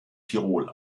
tirol